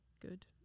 good